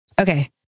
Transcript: Okay